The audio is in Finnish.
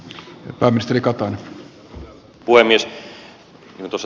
arvoisa puhemies